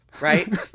right